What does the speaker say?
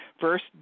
first